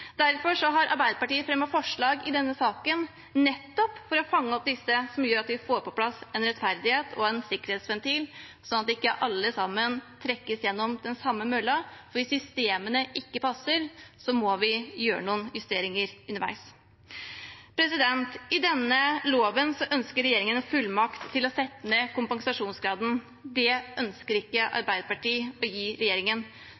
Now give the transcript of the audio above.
Derfor har Arbeiderpartiet fremmet forslag i denne saken nettopp for å fange opp disse, slik at vi får på plass en rettferdighet og en sikkerhetsventil så ikke alle sammen trekkes gjennom den samme mølla. Hvis systemene ikke passer, må vi gjøre noen justeringer underveis. I denne loven ønsker regjeringen en fullmakt til å sette ned kompensasjonsgraden. Det ønsker ikke